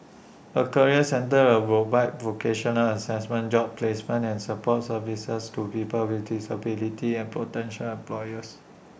A career centre are vocational Assessment job placement and support services to people with disabilities and potential employers